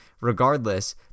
regardless